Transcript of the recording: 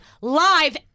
live